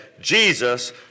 Jesus